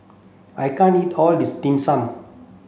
I can't eat all this dim sum